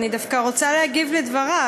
ואני דווקא רוצה להגיב על דבריו.